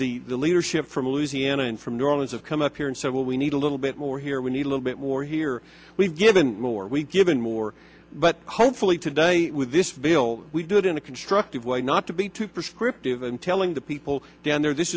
again the leadership from louisiana and from new orleans of come up here and said well we need a little bit more here we need a little bit more here we've given more we given more but hopefully today with this bill we do it in a constructive way not to be too prescriptive and telling the people down there this